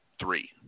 three